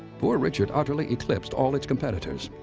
poor richard utterly eclipsed all its competitors.